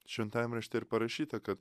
šventajame rašte ir parašyta kad